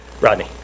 Rodney